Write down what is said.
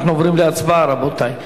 אנחנו עוברים להצבעה, רבותי.